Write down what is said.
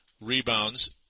rebounds